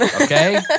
okay